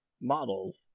models